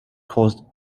caused